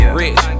rich